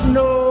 no